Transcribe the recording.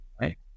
right